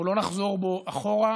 אנחנו לא נחזור בו אחורה.